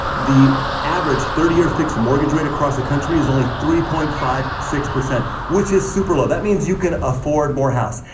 the average thirty year fixed mortgage rate across the country is only three point five six, which is super low. that means you can afford more house.